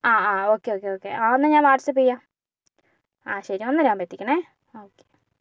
ആ ആ ആ ഓക്കേയോക്കെയോക്കെ അ എന്നാൽ ഞാൻ വാട്ട്സാപ്പ് ചെയ്യാം ആ ശരി ഒന്നരയാവുമ്പോ എത്തിക്കണേ ഓക്കേ